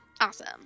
Awesome